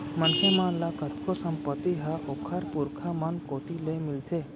मनखे मन ल कतको संपत्ति ह ओखर पुरखा मन कोती ले मिलथे